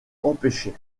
empêché